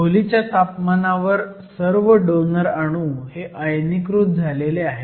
खोलीच्या तापमानावर सर्व डोनर अणू हे आयनीकृत झालेले आहेत